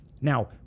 Now